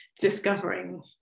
discovering